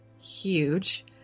huge